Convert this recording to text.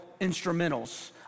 instrumentals